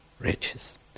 riches